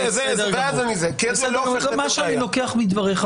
מה שאני לוקח מדבריך,